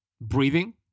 breathing